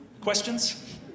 questions